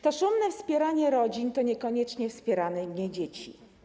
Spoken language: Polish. To szumne wspieranie rodzin jest niekoniecznie wspieraniem dzieci.